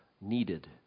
needed